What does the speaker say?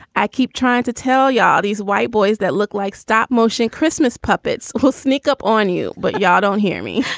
i keep trying to tell ya, these white boys that look like stop motion christmas puppets will sneak up on you, but you don't hear me.